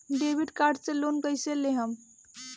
Debit card से loan कईसे लेहम?